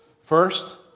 First